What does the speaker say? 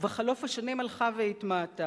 ובחלוף השנים היא הלכה והתמעטה.